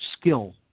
skill